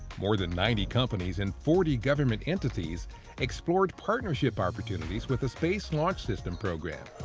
more than ninety companies and forty government entities explored partnership opportunities with the space launch system program.